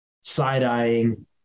side-eyeing